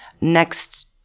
next